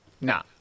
Nah